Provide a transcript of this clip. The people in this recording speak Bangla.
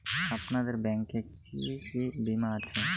আপনাদের ব্যাংক এ কি কি বীমা আছে?